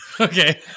okay